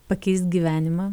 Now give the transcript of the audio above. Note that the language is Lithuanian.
pakeist gyvenimą